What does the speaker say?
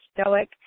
stoic